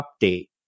update